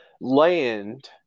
land